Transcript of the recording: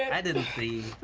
and i didn't see.